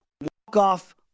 walk-off